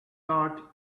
tart